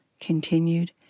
continued